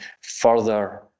further